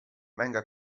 venga